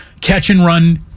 catch-and-run